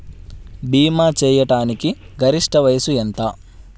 భీమా చేయాటానికి గరిష్ట వయస్సు ఎంత?